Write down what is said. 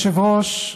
אדוני היושב-ראש,